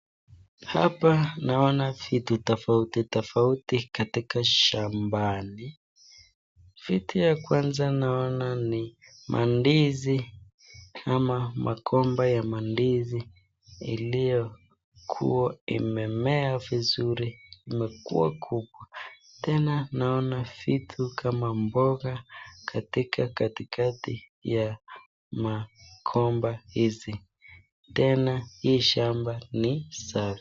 Hapa naona vitu tofauti tofauti katika shambani. Vitu ya kwanza naona ni mandizi ama magomba ya mandizi iliyo kuwa imemea vizuri, imekuwa kubwa. Tena naona vitu kama mboga katika katikati ya magomba hizi. Tena hii shamba ni safi.